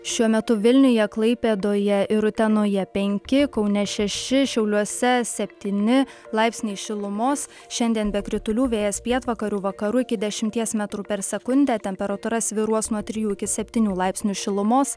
šiuo metu vilniuje klaipėdoje ir utenoje penki kaune šeši šiauliuose septyni laipsniai šilumos šiandien be kritulių vėjas pietvakarių vakarų iki dešimties metrų per sekundę temperatūra svyruos nuo trijų iki septynių laipsnių šilumos